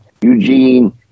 Eugene